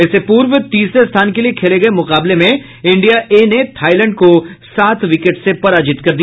इससे पूर्व तीसरे स्थान के लिये खेले गये मुकाबले में इंडिया ए ने थाईलैंड को सात विकेट से पराजित कर दिया